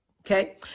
Okay